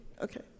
Okay